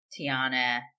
Tiana